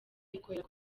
ikorera